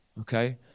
okay